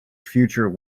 future